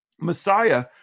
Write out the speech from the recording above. Messiah